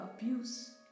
abuse